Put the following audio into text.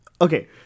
Okay